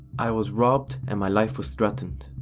i was robbed and my life was threatened.